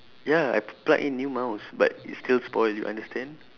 ya I p~ plug in new mouse but it's still spoil you understand